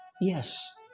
Yes